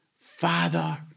Father